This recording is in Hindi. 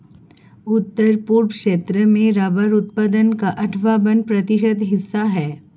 उत्तर पूर्व क्षेत्र में रबर उत्पादन का अठ्ठावन प्रतिशत हिस्सा है